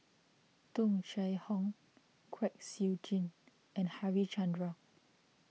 Tung Chye Hong Kwek Siew Jin and Harichandra